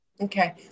Okay